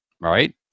Right